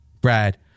Brad